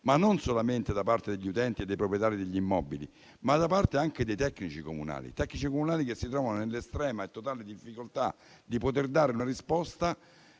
però solamente agli utenti e ai proprietari degli immobili, ma anche ai tecnici comunali. I tecnici comunali si trovano nell'estrema e totale difficoltà di poter dare una risposta,